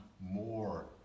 more